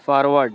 forward